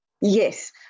Yes